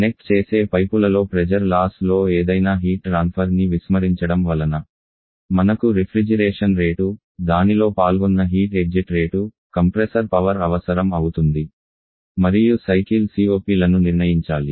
connect చేసే పైపులలో pressure loss లో ఏదైనా హీట్ ట్రాన్ఫర్ ని విస్మరించడం వలన మనకు రిఫ్రిజిరేషన్ రేటు దానిలో పాల్గొన్న heat exit rate compressor power అవసరం అవుతుంది మరియు సైకిల్ COP లను నిర్ణయించాలి